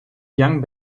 young